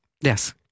Yes